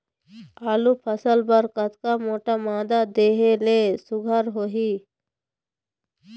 आलू फसल बर कतक मोटा मादा देहे ले सुघ्घर होही?